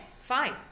fine